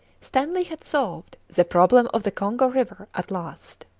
stanley had solved the problem of the congo river at last.